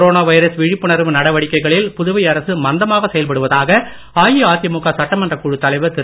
corona virus விழிப்புணர்வு நடவடிக்கைகளில் புதுவை அரசு மந்தமாக செயல்படுவதாக அஇஅதிமுக சட்டமன்றக் குழு தலைவர் திரு